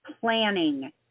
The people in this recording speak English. planning